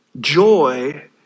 Joy